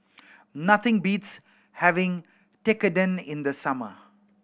nothing beats having Tekkadon in the summer